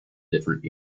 different